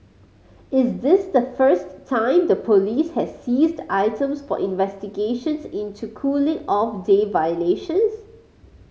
is this the first time the police has seized items for investigations into cooling off day violations